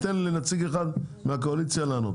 לנציג אחד מהקואליציה לענות,